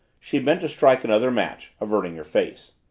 she bent to strike another match, averting her face.